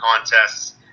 contests